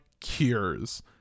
Cures